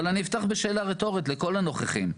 אבל אני אפתח בשאלה רטורית לכל הנוכחים.